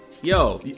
Yo